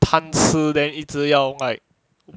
贪吃 then 一直要 like